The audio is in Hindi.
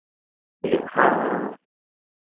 ठीक हैं हाँ हाँ